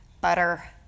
butter